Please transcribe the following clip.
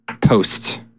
post